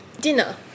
Dinner